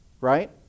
right